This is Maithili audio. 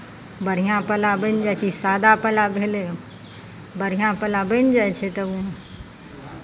बढ़िआँ पुलाव बनि जाइ छै ई सादा पुलाव भेलै बढ़िआँ पुलाव बनि जाइ छै तऽ